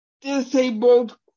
disabled